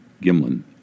Gimlin